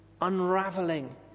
unraveling